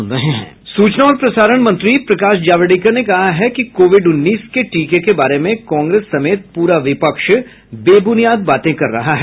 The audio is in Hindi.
सूचना और प्रसारण मंत्री प्रकाश जावड़ेकर ने कहा है कि कोविड उन्नीस के टीके के बारे में कांग्रेस समेत पूरा विपक्ष वेबुनियाद बातें कर रहा है